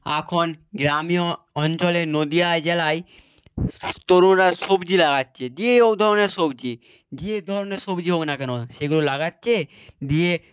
এখন গ্রামীণ অঞ্চলে নদীয়া জেলায় তরুণরা সবজি লাগাচ্ছে যেও ধরনের সবজি যে ধরনের সবজি হোক না কেন সেগুলো লাগাচ্ছে দিয়ে